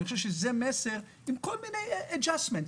עם כל מיני adjustments.